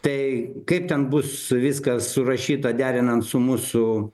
tai kaip ten bus viskas surašyta derinant su mūsų